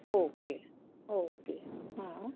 okay okay हां